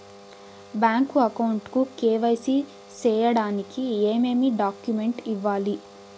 Bank account కు KYC సేయడానికి ఏమేమి డాక్యుమెంట్ ఇవ్వాలి?